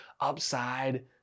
upside